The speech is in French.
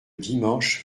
dimanche